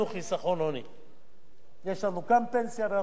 יש לנו גם פנסיה ואנחנו רוצים כמה גרושים שיהיו לנו,